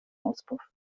auspuff